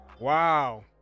Wow